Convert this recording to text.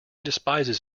despises